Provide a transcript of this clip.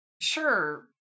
Sure